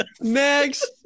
Next